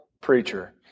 preacher